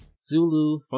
Zulu